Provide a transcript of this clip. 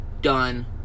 done